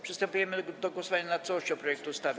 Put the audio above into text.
Przystępujemy do głosowania nad całością projektu ustawy.